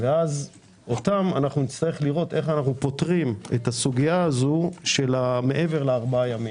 אותם נצטרך לראות איך אנו פותרים את הסוגיה של מעבר לארבעה ימים.